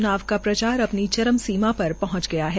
च्नाव का प्रचार अपनी चरम सीमा पर पहंच गया है